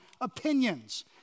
opinions